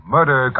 Murder